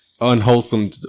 unwholesome